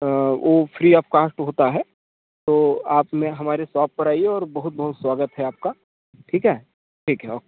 वो free of cost होता है तो आप में हमारे शॉप पर आइए और बहुत बहुत स्वागत है आपका ठीक है ठीक है ओके